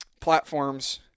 platforms